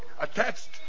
attached